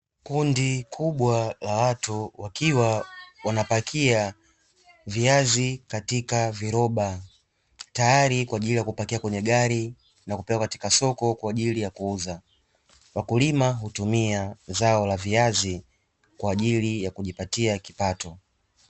Kundi kubwa la watu wakiwa wanapakia viazi katika viroba, tayari kwa ajili ya kupakia kwenye gari na kupelekwa katika soko kwa ajili ya kuuza. Wakulima hutumia zao la viazi kwa ajili ya kujipatia kipato.